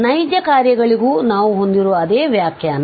ನೈಜ ಕಾರ್ಯಗಳಿಗೂ ನಾವು ಹೊಂದಿರುವ ಅದೇ ವ್ಯಾಖ್ಯಾನ